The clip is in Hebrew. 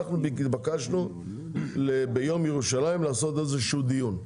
אנחנו התבקשנו לעשות איזשהו דיון ביום ירושלים.